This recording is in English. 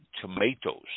tomatoes